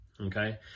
Okay